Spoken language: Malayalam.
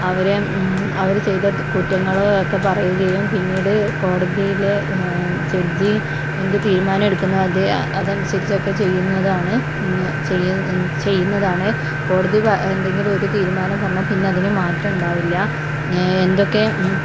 അവരെ അവര് ചെയ്ത കുറ്റങ്ങള് ഒക്കെ പറയുകയും പിന്നീട് കോടതിയിലെ ജഡ്ജി എന്ത് തീരുമാനം എടുക്കുന്നോ അത് അതനുസരിച്ചൊക്കെ ചെയ്യുന്നതാണ് ചെയ്യുന്നതാണ് കോടതി എന്തെങ്കിലും ഒരു തീരുമാനം പറഞ്ഞാൽ പിന്നെ അതിന് മാറ്റം ഉണ്ടാവില്ല എന്തൊക്കെ